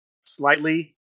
slightly